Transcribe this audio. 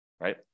right